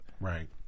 Right